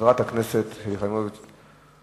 חברת הכנסת שלי יחימוביץ,